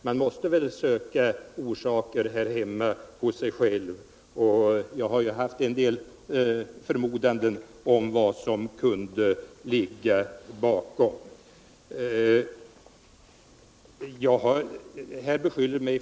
Man måste väl söka orsakerna här hemma, och själv har jag framfört vissa synpunkter på vad som möjligen kan ligga bakom.